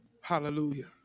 Hallelujah